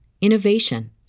innovation